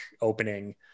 opening